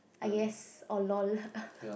I guess or lol